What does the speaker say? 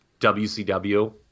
WCW